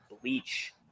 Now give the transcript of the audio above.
Bleach